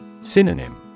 Synonym